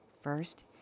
first